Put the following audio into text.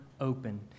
open